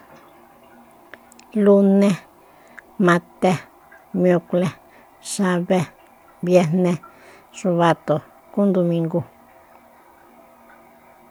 Lune, mate, miaklue, xabe, biajne, xubato kú ndumingu.